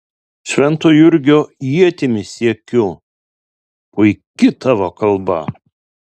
švento jurgio ietimi siekiu puiki tavo kalba